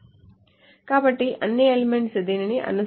F comp all r F comp t కాబట్టి అన్ని elements దీనిని అనుసరించాలి